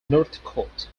northcote